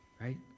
right